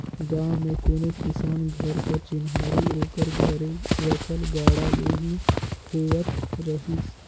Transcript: गाँव मे कोनो किसान घर कर चिन्हारी ओकर घरे रखल गाड़ा ले ही होवत रहिस